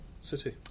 City